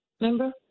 Remember